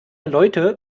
leute